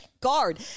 guard